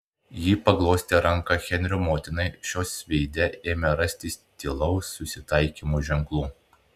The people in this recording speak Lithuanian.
ji paglostė ranką henrio motinai šios veide ėmė rastis tylaus susitaikymo ženklų